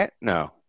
No